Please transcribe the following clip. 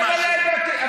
אני יכול, אני יכול.